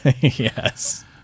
Yes